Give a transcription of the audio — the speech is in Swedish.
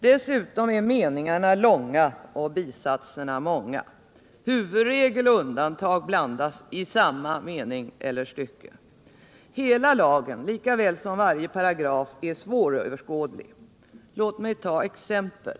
Dessutom är meningarna långa och bisatserna många. Huvudregel och undantag blandas i samma mening eller stycke. Hela lagen likaväl som varje paragraf blir svåröverskådlig. Låt mig ta exempel.